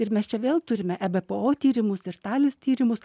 ir mes čia vėl turime ebpo tyrimus ir talis tyrimus